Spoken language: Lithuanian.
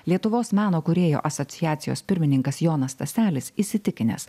lietuvos meno kūrėjų asociacijos pirmininkas jonas staselis įsitikinęs